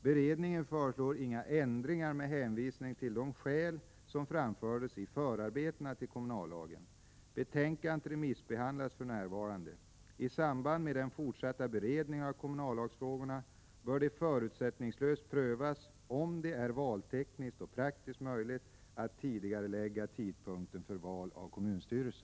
Beredningen föreslår inga ändringar med hänvisning till de skäl som framfördes i förarbetena till kommunallagen. Betänkandet remissbehandlas för närvarande. I samband med den fortsatta beredningen av kommunallagsfrågorna bör det förutsättningslöst prövas om det är valtekniskt och praktiskt möjligt att tidigarelägga tidpunkten för val av kommunstyrelse.